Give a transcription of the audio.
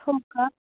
हो का